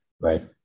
right